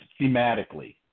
thematically